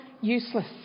useless